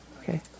Okay